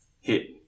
hit